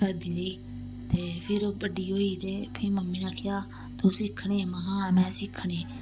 करदी रेही ते फिर बड्डी होई ते फ्ही मम्मी ने आखेआ तूं सिक्खने महां हां में सिक्खने